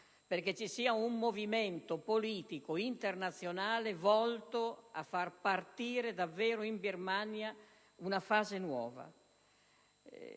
affinché ci sia un movimento politico internazionale volto a far partire davvero in Birmania una fase nuova.